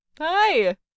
Hi